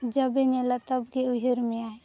ᱡᱚᱵᱮ ᱧᱮᱞᱟ ᱛᱚᱵᱮ ᱜᱮ ᱩᱭᱦᱟᱹᱨ ᱢᱮᱭᱟᱭ